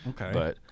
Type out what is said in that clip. Okay